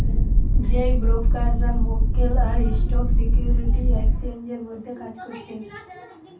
যেই ব্রোকাররা মক্কেল আর স্টক সিকিউরিটি এক্সচেঞ্জের মধ্যে কাজ করছে